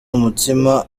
umutsima